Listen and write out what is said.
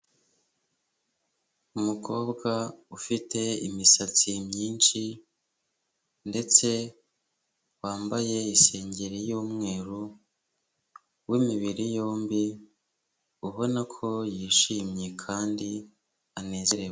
Umukobwa ufite imisatsi myinshi ndetse wambaye isengeri y'umweru w'imibiri yombi ubona ko yishimye kandi anezerewe.